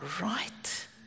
right